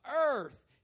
earth